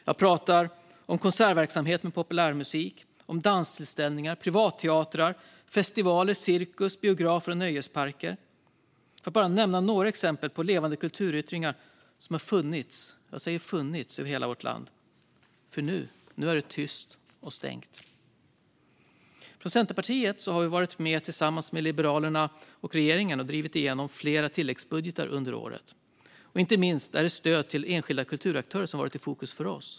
Jag talar om konsertverksamhet med populärmusik, danstillställningar, privatteatrar, festivaler, cirkus, biografer och nöjesparker, för att bara nämna några exempel på levande kulturyttringar som har funnits över hela vårt land - jag säger "funnits", för nu är det tyst och stängt. Centerpartiet har tillsammans med Liberalerna och regeringen varit med och drivit igenom flera tilläggsbudgetar under året. Inte minst är det stöd till enskilda kulturaktörer som varit i fokus för oss.